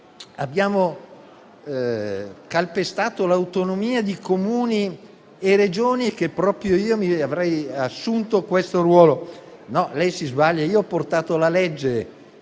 abbiamo calpestato l'autonomia di Comuni e Regioni e che proprio io avrei assunto questo ruolo. No, lei si sbaglia, io ho portato la legge,